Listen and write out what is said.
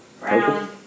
Brown